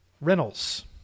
Reynolds